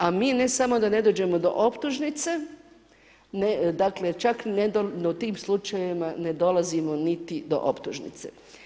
A mi ne samo da ne dođemo do optužnice, dakle, čak ni u tim slučajevima ne dolazimo niti do optužnice.